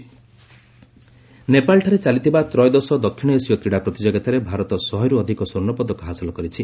south Asian game ନେପାଳଠାରେ ଚାଲିଥିବା ତ୍ରୟୋଦଶ ଦକ୍ଷିଣ ଏସୀୟ କ୍ରୀଡ଼ା ପ୍ରତିଯୋଗିତାରେ ଭାରତ ଶହେରୁ ଅଧିକ ସ୍ୱର୍ଷ୍ଣପଦକ ହାସଲ କରିଛି